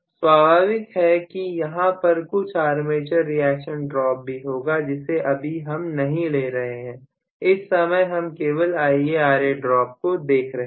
स्वाभाविक है कि यहां पर कुछ आर्मेचर रिएक्शन ड्राप भी होगा जिसे अभी हम नहीं ले रहे हैं इस समय हम केवल IaRa ड्रॉप को देख रहे हैं